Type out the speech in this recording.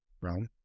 realm